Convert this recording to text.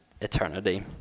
eternity